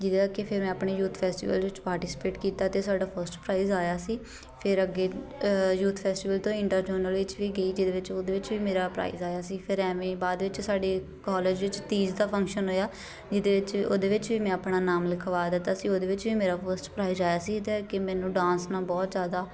ਜਿਹਦੇ ਕਰਕੇ ਫਿਰ ਮੈਂ ਆਪਣੇ ਯੂਥ ਫੈਸਟੀਵਲ ਵਿੱਚ ਪਾਰਟੀਸਪੇਟ ਕੀਤਾ ਅਤੇ ਸਾਡਾ ਫਸਟ ਪ੍ਰਾਈਜ਼ ਆਇਆ ਸੀ ਫਿਰ ਅੱਗੇ ਯੂਥ ਫੈਸਟੀਵਲ ਤੋਂ ਇੰਟਰ ਜੋਨਲ ਵਿੱਚ ਵੀ ਗਈ ਜਿਹਦੇ ਵਿੱਚ ਉਹਦੇ ਵਿੱਚ ਵੀ ਮੇਰਾ ਪ੍ਰਾਈਜ਼ ਆਇਆ ਸੀ ਫਿਰ ਐਵੇਂ ਹੀ ਬਾਅਦ ਵਿੱਚ ਸਾਡੇ ਕੋਲਜ ਵਿੱਚ ਤੀਜ ਦਾ ਫੰਕਸ਼ਨ ਹੋਇਆ ਜਿਹਦੇ ਵਿੱਚ ਉਹਦੇ ਵਿੱਚ ਵੀ ਮੈਂ ਆਪਣਾ ਨਾਮ ਲਿਖਵਾ ਦਿੱਤਾ ਸੀ ਉਹਦੇ ਵਿੱਚ ਵੀ ਮੇਰਾ ਫਸਟ ਪ੍ਰਾਈਜ਼ ਆਇਆ ਸੀ ਜਿੱਦਾਂ ਕਿ ਮੈਨੂੰ ਡਾਂਸ ਨਾਲ ਬਹੁਤ ਜ਼ਿਆਦਾ